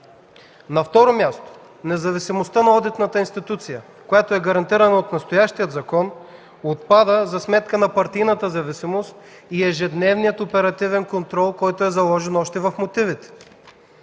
На второ място, независимостта на одитната институция, гарантирана от настоящия закон, отпада за сметка на партийната зависимост и ежедневния оперативен контрол, заложен още в мотивите.